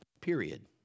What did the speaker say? period